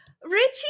Richie